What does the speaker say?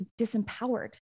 disempowered